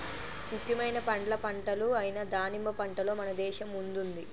ముఖ్యమైన పండ్ల పంటలు అయిన దానిమ్మ పంటలో మన దేశం ముందుంది